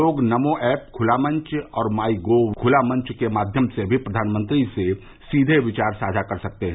लोग नमो ऐप खुला मंच और माइ गोव खुला मंच के माध्यम से भी प्रधानमंत्री से सीधे विचार साझा कर सकते हैं